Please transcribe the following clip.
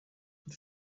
kuri